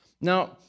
Now